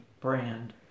brand